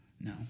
No